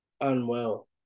unwell